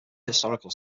historical